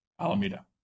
Alameda